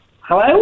Hello